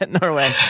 Norway